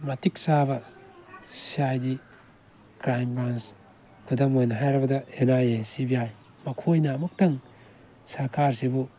ꯃꯇꯤꯛ ꯆꯥꯕ C I D crime branch ꯈꯨꯗꯝ ꯑꯣꯏꯅ ꯍꯥꯏꯔꯕꯗ N I A C B I ꯃꯈꯣꯏꯅ ꯑꯃꯨꯛꯇꯪ ꯁꯔꯀꯥꯔꯁꯤꯕꯨ